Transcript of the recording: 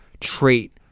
trait